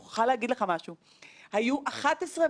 אנחנו יודעים ששוק העמלות, כל נושא העמלות השתנה.